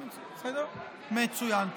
מצוין.